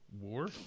war